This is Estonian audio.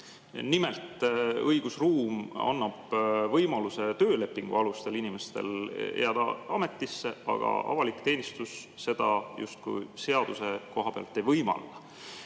Nimelt, õigusruum annab võimaluse töölepingu alusel [töötavatel] inimestel jääda ametisse, aga avalik teenistus seda justkui seaduse koha pealt ei võimalda.